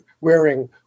wearing